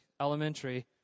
elementary